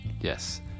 Yes